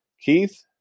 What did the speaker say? Keith